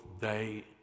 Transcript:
day